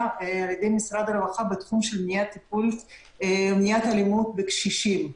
על ידי משרד הרווחה בתחום של מניעת אלימות בקשישים.